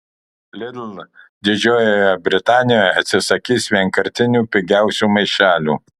lidl didžiojoje britanijoje atsisakys vienkartinių pigiausių maišelių